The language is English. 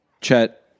Chet